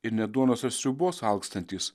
ir ne duonos ar sriubos alkstantys